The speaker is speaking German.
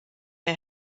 der